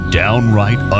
downright